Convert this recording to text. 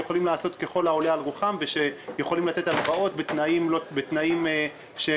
יכולים לעשות ככל העולה על רוחם ויכולים לתת הלוואות בתנאים לא